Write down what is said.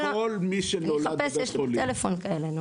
אני אחפש יש לי בטלפון כאלה.